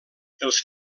els